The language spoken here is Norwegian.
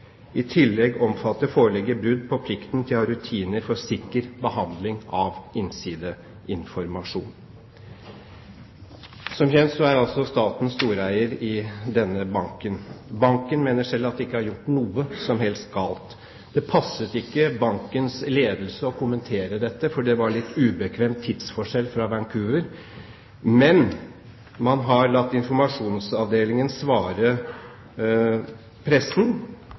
plikten til å ha rutiner for sikker behandling av innsideinformasjon. Som kjent er staten storeier i denne banken. Banken mener selv at de ikke har gjort noe som helst galt. Det passet ikke bankens ledelse å kommentere dette, fordi det var en litt ubekvem tidsforskjell mellom Oslo og Vancouver. Men man har latt informasjonsavdelingen svare pressen.